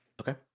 Okay